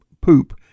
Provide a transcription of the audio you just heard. poop